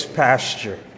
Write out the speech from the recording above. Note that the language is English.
pasture